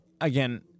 again